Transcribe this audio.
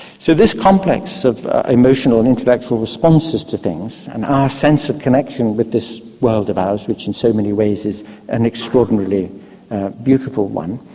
so this complex of emotional and intellectual responses to things and our sense of connection with this world of ours which in so many ways is an extraordinarily beautiful one,